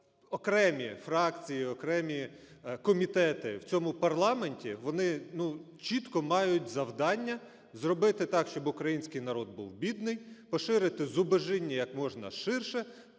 окремі фракції, окремі комітети у цьому парламенті вони чітко мають завдання зробити так, щоб український народ був бідний, поширити зубожіння як можна ширше,